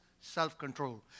self-control